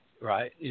right